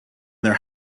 their